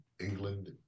England